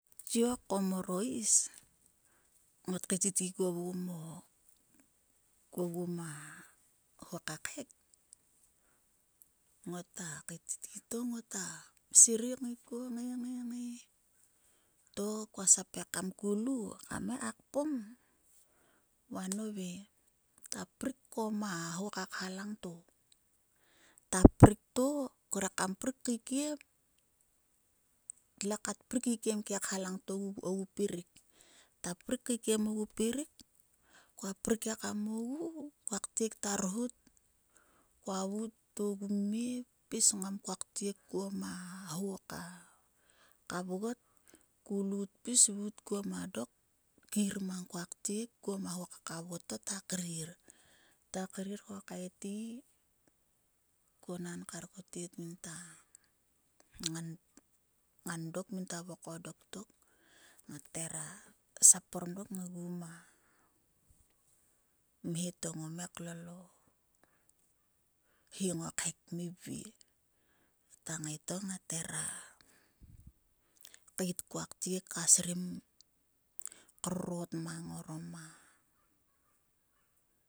Tiok ko mor is ngot kaettigi kuo vgum o kuo vgum a ho ka khek. Ngota kaettigi to ngota serei ngai to ka sap ekam ko lu kam ngai kpom va nove ta prik ko ma ho ka kha langto. Ta prik to kve kam prik kaekiem. tle kat prik ikiem ke kha langto ogu puirik. Ta prik ekam puirik. kua prik ekam ogu kua ktiek ta rhut. kua vuut ogu mmie pis kngam kua ktiek kuo ma ho ka kavgot. Ko lu tpis vuut kuo ma dok. kiir mang kua ktiek kuo ma ho ka kavgot to ta krir. Ta krir ko kaeti ko naan kar kar ko tet nginta ngan ngan dok min ta vokom dok tok. ngat heva sap orom dok ngai ma mhe to ngoma ngai lol o hi ngo khek kmivie ngota ngai to ngat heva kait kua ktiek ka srim. krorrot mang orom a